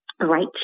right